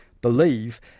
believe –